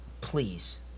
Please